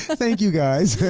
thank you guys.